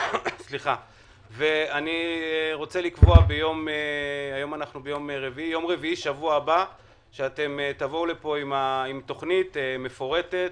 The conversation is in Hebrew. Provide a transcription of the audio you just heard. אני רוצה לקבוע שביום רביעי בשבוע הבא תבואו לפה עם תכנית מפורטת,